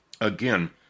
again